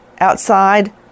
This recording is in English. outside